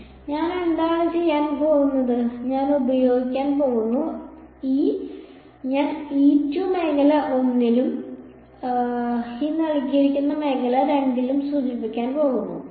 അതിനാൽ ഞാൻ എന്താണ് ചെയ്യാൻ പോകുന്നത് ഞാൻ ഉപയോഗിക്കാൻ പോകുന്നു ഞാൻ മേഖല 1 ലും മേഖല 2 ലും സൂചിപ്പിക്കാൻ പോകുന്നു